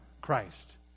Christ